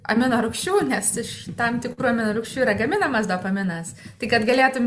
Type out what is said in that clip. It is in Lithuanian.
aminorūgščių nes iš tam tikrų aminorūgščių yra gaminamas dopaminas tai kad galėtum